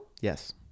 Yes